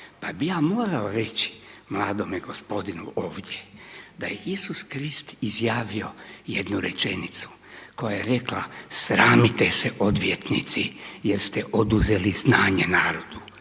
pa bi ja morao reći mladome gospodinu ovdje, da je Isus Krist izjavio jednu rečenicu koja je rekla „Sramite se odvjetnici jer ste oduzeli znanje narodu,